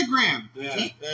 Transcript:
Instagram